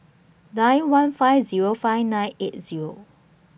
nine one five Zero five nine eight Zero